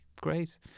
Great